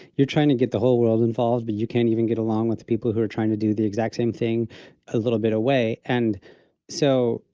you're trying to get the whole world involved, but you can't even get along with the people who are trying to do the exact same thing a little bit away. and so,